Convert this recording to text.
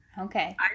Okay